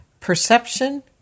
perception